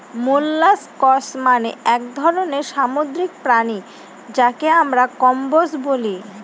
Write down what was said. molluscs মানে এক ধরনের সামুদ্রিক প্রাণী যাকে আমরা কম্বোজ বলি